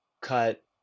cut